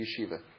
Yeshiva